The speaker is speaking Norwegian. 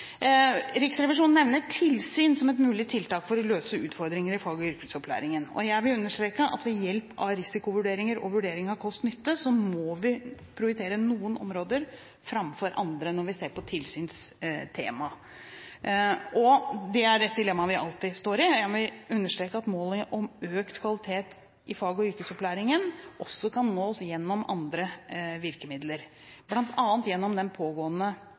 Riksrevisjonen nevner tilsyn som et mulig tiltak for å løse utfordringer i fag- og yrkesopplæringen. Jeg vil understreke at ved hjelp av risikovurderinger og vurderinger av kost–nytte må vi prioritere noen områder framfor andre når vi ser på tilsynstema. Det er et dilemma vi alltid står overfor. Jeg vil understreke at målet om økt kvalitet i fag- og yrkesopplæringen også kan nås gjennom andre virkemidler, bl.a. gjennom det pågående